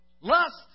lust